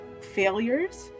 failures